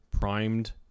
primed